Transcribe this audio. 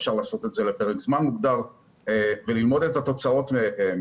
אפשר לעשות את זה לפרק זמן מוגדר וללמוד את התוצאות מכך,